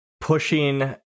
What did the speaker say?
pushing